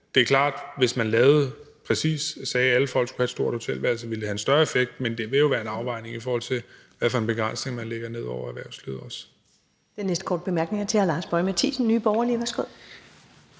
Det er klart, at hvis man lavede det præcist og sagde, at alle folk skulle have et stort hotelværelse, så ville det have en større effekt, men det vil jo også være en afvejning, i forhold til hvad for en begrænsning man lægger ned over erhvervslivet. Kl. 15:07 Første næstformand (Karen Ellemann): Den næste korte bemærkning er til hr. Lars Boje Mathiesen, Nye Borgerlige. Værsgo.